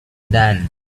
dan